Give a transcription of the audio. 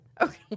Okay